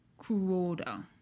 Kuroda